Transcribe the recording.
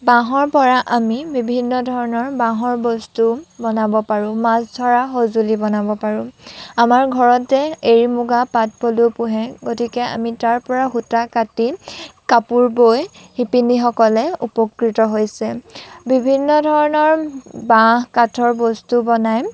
বাঁহৰ পৰা আমি বিভিন্ন ধৰণৰ বস্তু বনাব পাৰোঁ মাছ ধৰা সঁজুলি বনাব পাৰোঁ আমাৰ ঘৰত যে এড়ি মুগা পাট পলু পুহে আমি তাৰ পৰা সূতা কাটি কাপোৰ বৈ শিপিনীসকলে উপকৃত হৈছে বিভিন্ন ধৰণৰ বাঁহ কাঠৰ বস্তু বনাই